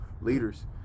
Leaders